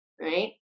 right